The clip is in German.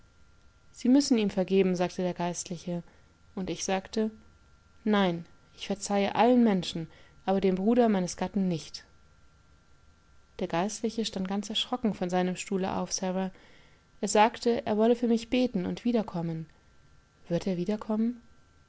sie müssen ihm vergebn sagte der geistliche und ich sagte nein ich verzeihe allen menschen aber dem bruder meines gatten nicht der geistliche stand ganz erschrocken von seinem stuhle auf sara er sagte er wolle für michbetenundwiederkommen wirderwiederkommen ja ja antwortete sara er